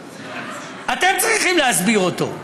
אתם צריכים להסביר אותו.